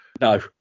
No